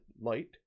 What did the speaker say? light